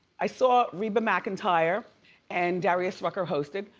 i saw reba mcentire and darius rucker hosted.